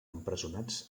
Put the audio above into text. empresonats